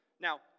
Now